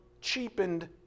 cheapened